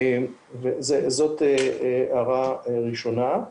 וזאת הערה ראשונה.